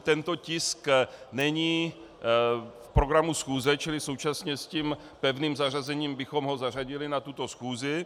Tento tisk není v programu schůze, čili současně s pevným zařazením bychom ho zařadili na tuto schůzi.